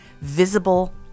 visible